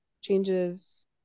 changes